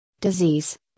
disease